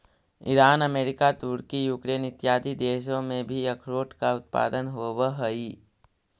Iran America तुर्की Ukraine इत्यादि देशों में भी अखरोट का उत्पादन होवअ हई